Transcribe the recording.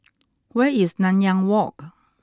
where is Nanyang Walk